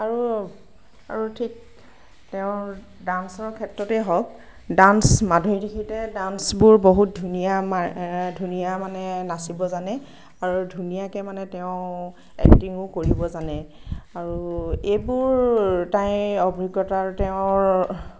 আৰু আৰু ঠিক তেওঁৰ ডান্সৰ ক্ষেত্ৰতে হওঁক ডান্স মাধুৰী দিক্ষীতে ডান্সবোৰ বহুত ধুনীয়া মা ধুনীয়া মানে নাচিব জানে আৰু ধুনীয়াকৈ মানে তেওঁ এক্টিঙো কৰিব জানে আৰু এইবোৰ তাইৰ অভিজ্ঞতাৰ তেওঁৰ